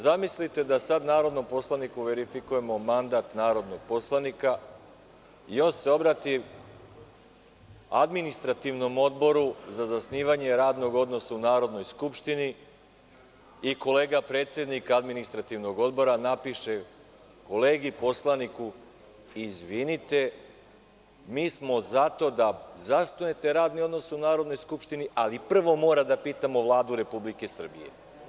Zamislite da sad narodnom poslaniku verifikujemo mandat narodnog poslanika i on se obrati Administrativnom odboru za zasnivanje radnog odnosa u Narodnoj skupštini i kolega, predsednik Administrativnog odbora napiše kolegi poslaniku – izvinite, mi smo zato da zasnujete radni odnos u Narodnoj skupštini, ali prvo moramo da pitamo Vladu Republike Srbije.